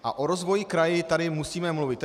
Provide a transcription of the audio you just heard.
A o rozvoji kraje tady musíme mluvit.